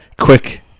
quick